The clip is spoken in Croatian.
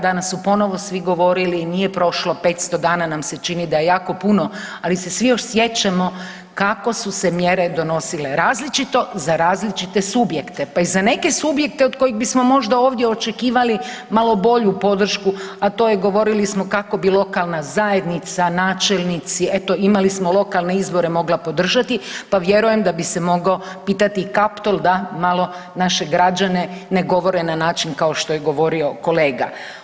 Danas su ponovno svi govorili nije prošlo 500 dana nam se čini da je jako puno, ali se još svi sjećamo kako su se mjere donosile različito za različite subjekte pa i za neke subjekte od kojih bismo možda ovdje očekivali malo bolju podršku, a to je govorili smo kako bi lokalna zajednica načelnici eto imali smo lokalne izbore mogla podržati, pa vjerujem da bi se mogao pitati Kaptol da malo naše građane ne govore na način kao što je govorio kolega.